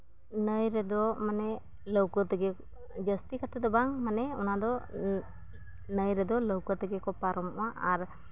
ᱱᱟᱹᱭ ᱨᱮᱫᱚ ᱢᱟᱱᱮ ᱞᱟᱹᱣᱠᱟᱹ ᱛᱮᱜᱮ ᱡᱟᱹᱥᱛᱤ ᱠᱟᱛᱮᱫ ᱫᱚ ᱵᱟᱝ ᱢᱟᱱᱮ ᱚᱱᱟ ᱫᱚ ᱱᱟᱹᱭ ᱨᱮᱫᱚ ᱞᱟᱹᱣᱠᱟᱹ ᱛᱮᱜᱮ ᱠᱚ ᱯᱟᱨᱚᱢᱚᱜᱼᱟ ᱟᱨ